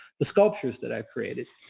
the sculptures that i've created.